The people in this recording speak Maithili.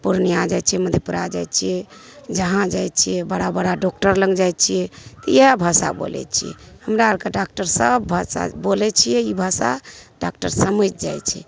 पूर्णिआँ जाइत छियै मधेपुरा जाइत छियै जहाँ जाइत छियै बड़ा बड़ा डॉक्टर लग जाइत छियै तऽ इएह भाषा बोलैत छियै हमरा आरके डॉक्टर सब भाषामे बोलैत छियै ई भाषा डॉक्टर समझि जाइत छै